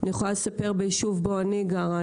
לפני